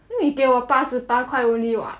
因为你给我八十八块 only [what]